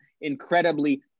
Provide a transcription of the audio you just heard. incredibly